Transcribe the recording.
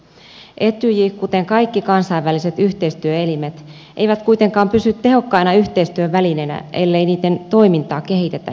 etyj ei kuten eivät mitkään kansainväliset yhteistyöelimet kuitenkaan pysy tehokkaana yhteistyövälineenä ellei niitten toimintaa kehitetä jatkuvasti